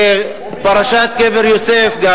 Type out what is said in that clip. אתה כבר מינית רמטכ"ל, גם בפרשת קבר יוסף.